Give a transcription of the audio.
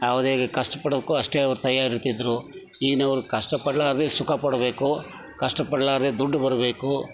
ಯಾವ್ದೇ ಕಷ್ಟಪಡೋಕು ಅಷ್ಟೇ ಅವ್ರು ತಯಾರಿರತಿದ್ರು ಈಗಿನವ್ರು ಕಷ್ಟ ಪಡಲಾರ್ದೆ ಸುಖ ಪಡಬೇಕು ಕಷ್ಟ ಪಡಲಾರ್ದೆ ದುಡ್ಡು ಬರಬೇಕು